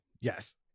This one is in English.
Yes